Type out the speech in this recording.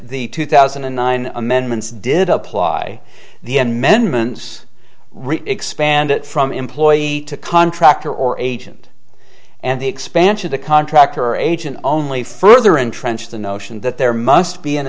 the two thousand and nine amendments did apply the amendments expand from employee to contractor or agent and the expansion the contractor agent only further entrench the notion that there must be an